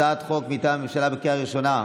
הצעת חוק מטעם הממשלה בקריאה ראשונה,